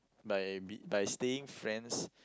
by by staying friends